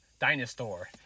Dinosaur